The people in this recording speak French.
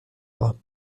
bras